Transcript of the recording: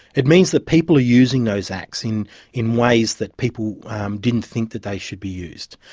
it means that people are using those acts in in ways that people didn't think that they should be used.